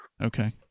Okay